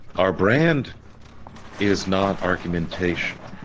our brand is not argumentation.